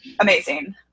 amazing